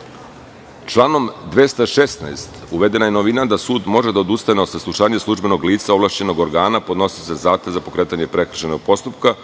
organa. Članom 216. uvedena je novina da sud može da odustane od saslušanja službenog lica, ovlašćenog organa, podnosioca zahteva za pokretanje prekršajnog postupka,